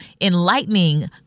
enlightening